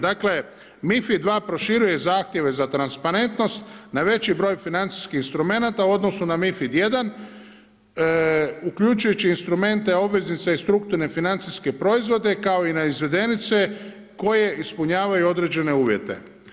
Dakle MiFID 2 proširuje zahtjeve za transparentnost na veći broj financijskih instrumenata u odnosu na MiFID 1, uključujući instrumente, obveznice i strukturne financijske proizvode, kao i na izvedenice koje ispunjavaju određene uvjete.